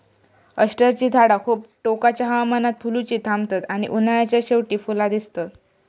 अष्टरची झाडा खूप टोकाच्या हवामानात फुलुची थांबतत आणि उन्हाळ्याच्या शेवटी फुला दितत